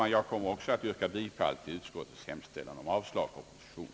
Även jag kommer att yrka bifall till utskottets hemställan om avslag på propositionen.